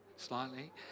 Slightly